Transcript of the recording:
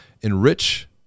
enrich